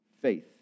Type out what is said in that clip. faith